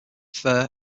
fair